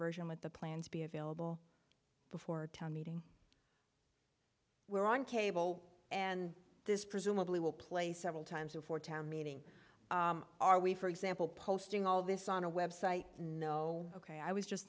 version with the plans be available before a town meeting we're on cable and this presumably will play several times before town meeting are we for example posting all this on a website no ok i was just